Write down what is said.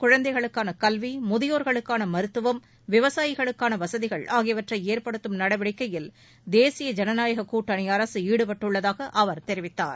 குழந்தைகளுக்கான கல்வி முதியோர்களுக்கான மருத்துவம் விவசாயிகளுக்கான வசதிகள் ஆகியவற்றை ஏற்படுத்தும் நடவடிக்கையில் தேசிய ஜனநாயகக் கூட்டணி அரக ஈடுபட்டுள்ளதாக அவர் தெரிவித்தார்